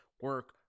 Work